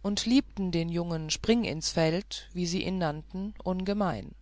und liebten den jungen springinsfeld wie sie ihn nannten ungemein